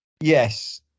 yes